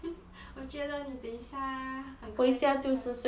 我觉得你等一下很快就要